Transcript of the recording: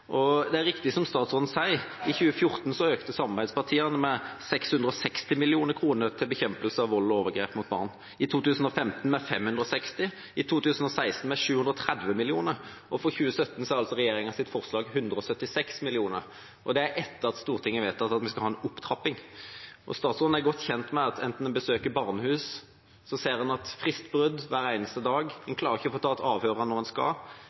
Det er riktig, som statsråden sier, at i 2014 økte samarbeidspartiene med 660 mill. kr til bekjempelse av vold og overgrep mot barn, i 2015 med 560 mill. kr, i 2016 med 730 mill. kr – og for 2017 er altså regjeringas forslag 176 mill. kr, og det er etter at Stortinget har vedtatt at vi skal ha en opptrapping. Statsråden er godt kjent med at når en besøker barnehus, ser en fristbrudd hver eneste dag. En klarer ikke å få tatt avhørene når en skal.